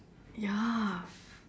ya